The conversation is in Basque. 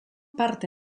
parte